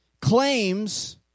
claims